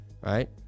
right